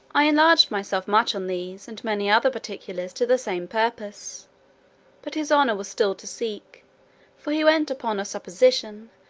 i enlarged myself much on these, and many other particulars to the same purpose but his honour was still to seek for he went upon a supposition,